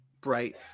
bright